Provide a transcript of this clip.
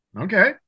Okay